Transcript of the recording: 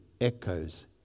echoes